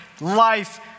life